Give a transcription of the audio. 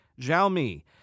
Xiaomi